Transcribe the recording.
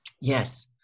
Yes